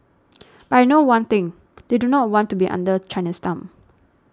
but I know one thing they do not want to be under China's thumb